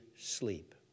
sleep